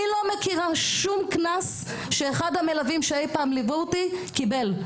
אני לא מכירה שום קנס שאחד המלווים שאיי פעם ליוו אותי קיבל.